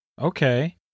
Okay